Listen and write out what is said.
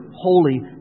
holy